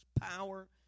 power